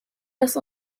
das